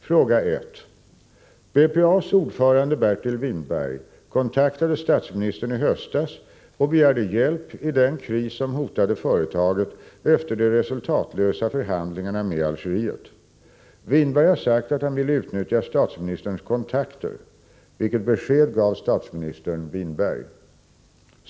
Fråga 1: BPA:s ordförande Bertil Whinberg kontaktade statsministern i höstas och begärde hjälp i den kris som hotade företaget efter de resultatlösa förhandlingarna med Algeriet. Whinberg har sagt att han ville utnyttja statsministerns ”kontakter”. Vilket besked gav statsministern Whinberg?